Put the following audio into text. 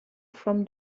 from